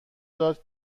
داد